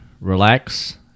relax